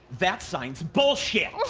that sign's bullshit.